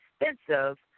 expensive